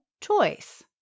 choice